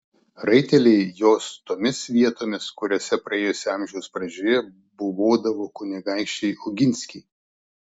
raiteliai jos tomis vietomis kuriose praėjusio amžiaus pradžioje buvodavo kunigaikščiai oginskiai